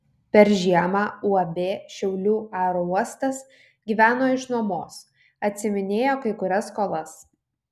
per žiemą uab šiaulių aerouostas gyveno iš nuomos atsiiminėjo kai kurias skolas